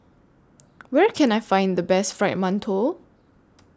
Where Can I Find The Best Fried mantou